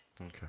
okay